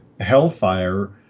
hellfire